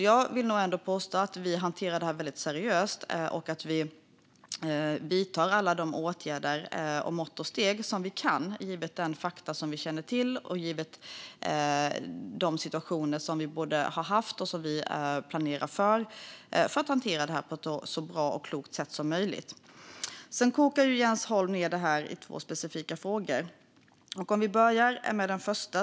Jag vill nog ändå påstå att vi hanterar detta väldigt seriöst och att vi vidtar alla de åtgärder och tar de mått och steg som vi kan givet de fakta som vi känner till och givet de situationer som vi har haft och som vi planerar för - detta för att hantera det här på ett så bra och klokt sätt som möjligt. Sedan kokar Jens Holm ned detta i två specifika frågor. Vi kan börja med den första.